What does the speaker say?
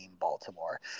Baltimore